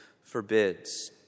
forbids